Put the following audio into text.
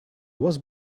was